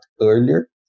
earlier